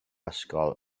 ysgol